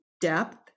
depth